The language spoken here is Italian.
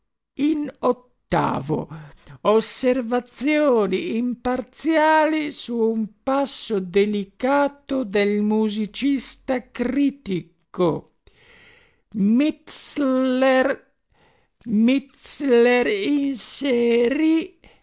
in o sservazioni imparziali su un passo delicato del musicista critico mitzler mitzler inserì